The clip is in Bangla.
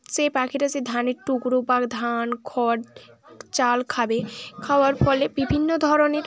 সেই পাখিটা সেই ধানের টুকরো বা ধান খড় চাল খাবে খাওয়ার ফলে বিভিন্ন ধরনের